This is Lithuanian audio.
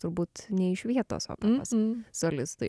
turbūt nė iš vietos operos solistai